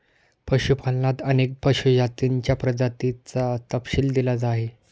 पशुपालनात अनेक पशु जातींच्या प्रजातींचा तपशील दिला आहे